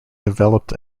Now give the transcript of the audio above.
developed